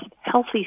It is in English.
healthy